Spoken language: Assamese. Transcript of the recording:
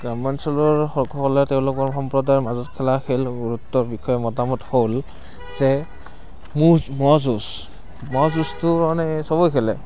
গ্ৰামাঞ্চলৰ সকলে তেওঁলোকৰ সম্প্ৰদায়ৰ মাজত খেলা খেল গুৰুত্বৰ বিষয়ে মতামত হ'ল যে মহ যুঁজ মহ যুঁজটো মানে সবেই খেলে